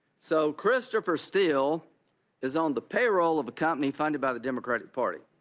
so christopher steele is on the payroll of a company funded by the democratic party.